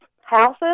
houses